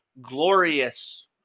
glorious